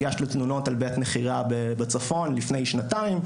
הגשנו תלונות על בית נחירה בצפון לפני שנתיים,